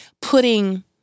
putting